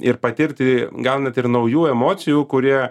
ir patirti gaunant ir naujų emocijų kurie